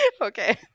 Okay